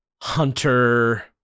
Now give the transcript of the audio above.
hunter